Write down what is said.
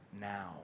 now